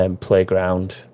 Playground